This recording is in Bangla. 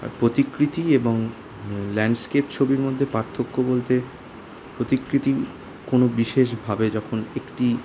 আর প্রতিকৃতি এবং ল্যাণ্ডস্কেপ ছবির মধ্যে পার্থক্য বলতে প্রতিকৃতি কোনও বিশেষভাবে যখন একটি